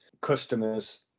Customers